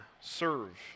serve